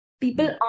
People